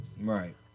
Right